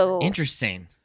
Interesting